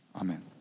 Amen